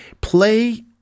play